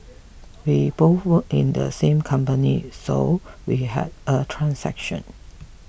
we both work in the same company so we had a transaction